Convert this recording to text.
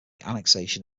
annexation